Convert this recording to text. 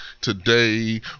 today